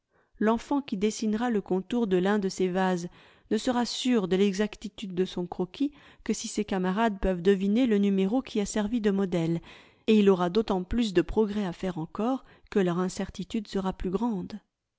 l'enfant qui dessinera le contour de l'un de ces vases ne sera sûr de l'exactitude de son croquis que si ses camarades peuvent deviner le numéro qui a servi de modèle et il aura d'autant plus de progrès à faire encore que leur incertitude sera plus grande